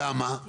למה?